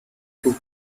took